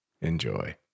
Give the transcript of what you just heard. Enjoy